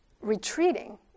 retreating